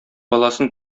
баласын